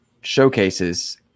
showcases